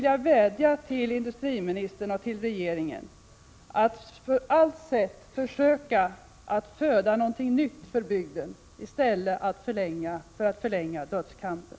Jag vädjar till industriministern och regeringen att på alla sätt försöka göra något nytt för bygden i stället för att förlänga dödskampen.